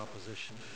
opposition